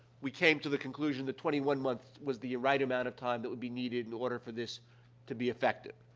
we came to the conclusion that twenty one months was the right amount of time that would be needed in order for this to be effective.